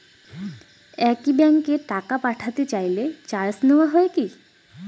একই ব্যাংকে টাকা পাঠাতে চাইলে চার্জ নেওয়া হয় কি?